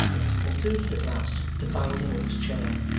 it was concluded, at last, to bind him in his chair,